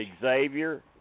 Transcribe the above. Xavier